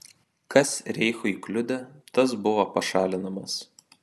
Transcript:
kas reichui kliudė tas buvo pašalinamas